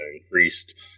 increased